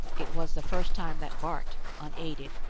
it was the first time that bart, unaided,